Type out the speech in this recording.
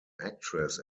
actress